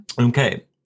okay